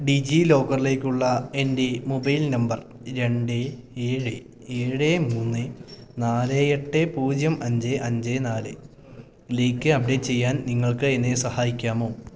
ഡിജീലോക്കറിലേക്കുള്ള എൻറ്റെ mobile number രണ്ട് ഏഴ് ഏഴ് മൂന്ന് നാല് എട്ട് പൂജ്യം അഞ്ച് അഞ്ച് നാലിലേക്ക് അപ്ഡേറ്റ് ചെയ്യാൻ നിങ്ങൾക്ക് എന്നെ സഹായിക്കാമോ